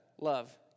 love